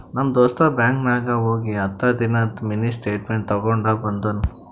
ನಮ್ ದೋಸ್ತ ಬ್ಯಾಂಕ್ ನಾಗ್ ಹೋಗಿ ಹತ್ತ ದಿನಾದು ಮಿನಿ ಸ್ಟೇಟ್ಮೆಂಟ್ ತೇಕೊಂಡ ಬಂದುನು